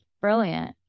brilliant